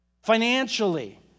financially